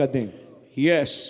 Yes